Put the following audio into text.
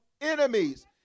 enemies